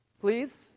please